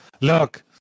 Look